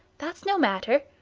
that's no matter.